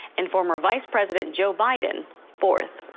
and former vice president joe biden forth.